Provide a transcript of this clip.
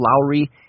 Lowry